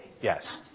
Yes